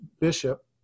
bishop